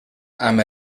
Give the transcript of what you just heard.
amb